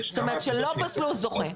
זאת אומרת שלא פסלו זוכה?